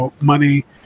money